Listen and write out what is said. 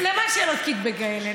למה שאלות קיטבג כאלו?